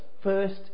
first